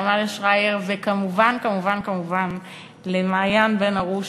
לעמליה שרייר וכמובן כמובן כמובן למעיין בן הרוש,